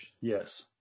yes